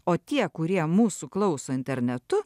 o tie kurie mūsų klauso internetu